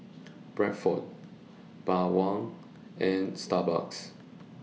Bradford Bawang and Starbucks